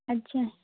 अच्छा